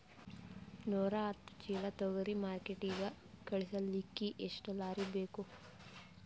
ನೂರಾಹತ್ತ ಚೀಲಾ ತೊಗರಿ ಮಾರ್ಕಿಟಿಗ ಕಳಸಲಿಕ್ಕಿ ಎಷ್ಟ ಲಾರಿ ಬೇಕು?